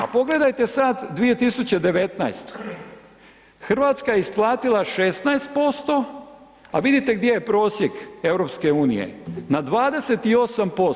A pogledajte sad 2019., Hrvatska je isplatila 16% a vidite gdje je prosjek EU-a, na 28%